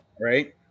Right